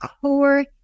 core